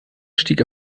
stieg